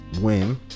win